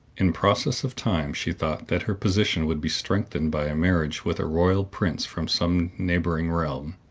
in process of time she thought that her position would be strengthened by a marriage with a royal prince from some neighboring realm.